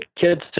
kids